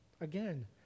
Again